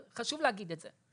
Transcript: חשוב להגיד את זה.